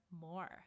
more